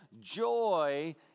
Joy